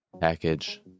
package